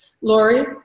Lori